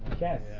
Yes